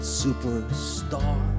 superstar